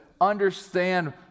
understand